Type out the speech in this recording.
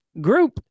group